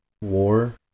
war